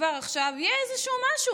כבר עכשיו יהיה איזשהו משהו,